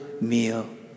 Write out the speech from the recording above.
meal